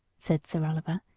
said sir oliver,